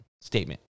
statement